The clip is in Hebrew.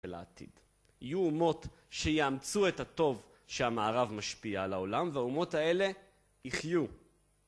יהיו אומות שיאמצו את הטוב שהמערב משפיע על העולם והאומות האלה יחיו